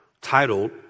titled